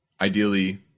Ideally